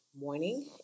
morning